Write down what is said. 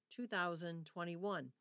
2021